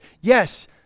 Yes